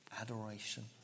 adoration